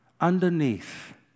Underneath